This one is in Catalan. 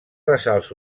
ressalts